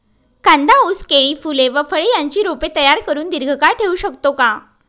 कांदा, ऊस, केळी, फूले व फळे यांची रोपे तयार करुन दिर्घकाळ ठेवू शकतो का?